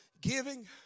Giving